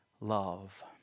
love